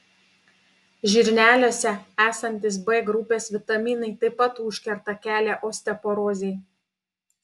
žirneliuose esantys b grupės vitaminai taip pat užkerta kelią osteoporozei